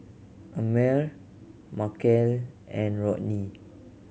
Amare Markel and Rodney